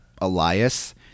elias